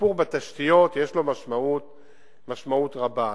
השיפור בתשתיות יש לו משמעות רבה.